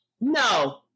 No